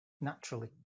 naturally